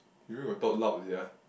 we where got talk loud sia